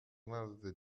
نداده